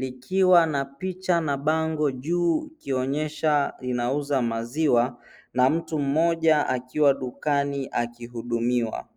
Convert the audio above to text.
likiwa na picha na bango juu; ikionyesha inauza maziwa na mtu mmoja akiwa dukani akihudumiwa.